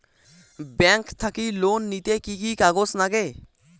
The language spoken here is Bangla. ব্যাংক থাকি লোন নিতে কি কি কাগজ নাগে?